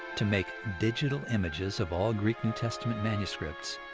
to make digital images of all greek new testament manuscripts.